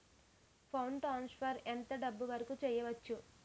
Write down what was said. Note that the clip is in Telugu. ఫండ్ ట్రాన్సఫర్ ఎంత డబ్బు వరుకు చేయవచ్చు?